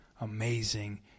amazing